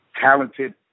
talented